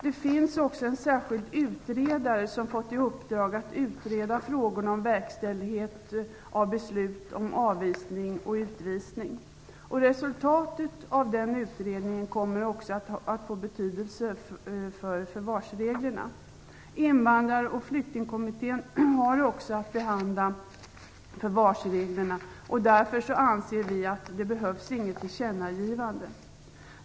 Det finns också en särskild utredare som fått i uppdrag att utreda frågorna om verkställighet av beslut om avvisning och utvisning. Resultatet av den utredningen kommer också att få betydelse för förvarsreglerna. Invandrar och flyktingkommittén har också att behandla förvarsreglerna. Därför anser vi socialdemokrater att det inte behövs något tillkännagivande.